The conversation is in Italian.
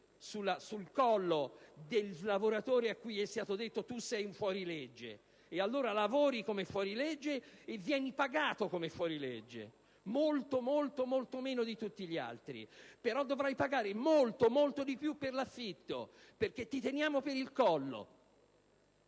sul collo del lavoratore, a cui è stato detto: tu sei un fuorilegge, e allora lavori come fuorilegge e vieni pagato, come fuorilegge, molto, molto meno di tutti gli altri, però dovrai pagare molto, molto di più per l'affitto, perché ti teniamo per il collo.